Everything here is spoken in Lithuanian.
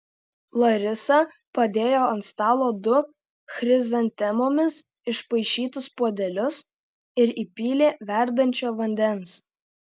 larisa padėjo ant stalo du chrizantemomis išpaišytus puodelius ir įpylė verdančio vandens